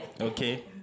Okay